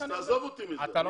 תעזוב אותי מזה.